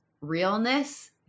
realness